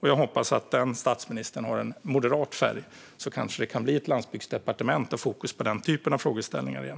Jag hoppas att den statsministern kommer att ha en moderat färg, så kanske det kan bli ett landsbygdsdepartement och fokus på den typen av frågeställningar igen.